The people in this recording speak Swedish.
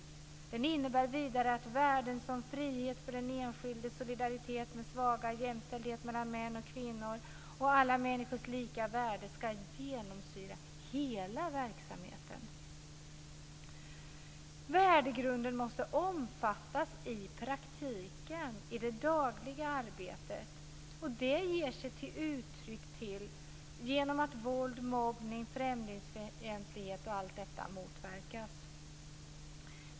Den förmågan innebär vidare att värden som frihet för den enskilde, solidaritet med svaga, jämställdhet mellan män och kvinnor och alla människors lika värde skall genomsyra hela verksamheten. Värdegrunden måste omfattas i praktiken, i det dagliga arbetet. Det tar sig uttryck i att våld, mobbning och främlingsfientlighet motverkas.